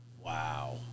Wow